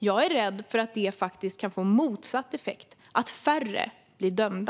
Jag är rädd för att detta kan få motsatt effekt: att färre blir dömda.